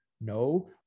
no